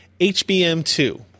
HBM2